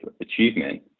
achievement